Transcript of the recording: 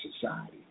society